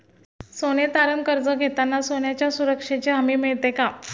सोने तारण कर्ज घेताना सोन्याच्या सुरक्षेची हमी मिळते का?